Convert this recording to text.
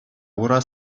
ура